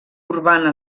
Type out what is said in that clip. urbana